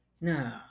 No